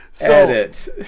Edit